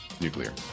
nuclear